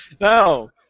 No